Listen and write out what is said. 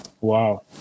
Wow